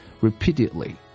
repeatedly